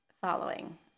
following